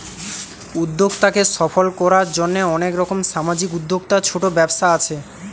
উদ্যোক্তাকে সফল কোরার জন্যে অনেক রকম সামাজিক উদ্যোক্তা, ছোট ব্যবসা আছে